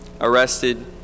arrested